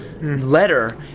letter